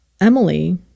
Emily